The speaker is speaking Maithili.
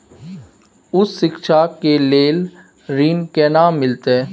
उच्च शिक्षा के लेल ऋण केना मिलते?